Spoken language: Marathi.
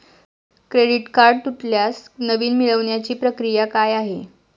क्रेडिट कार्ड तुटल्यास नवीन मिळवण्याची प्रक्रिया काय आहे?